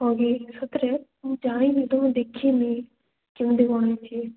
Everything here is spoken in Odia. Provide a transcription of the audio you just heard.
ହଁ କି ସତରେ ମୁଁ ଯାଇନି ମୁଁ ତ ବି ଦେଖିନି କେମିତି କ'ଣ ହୋଇଛି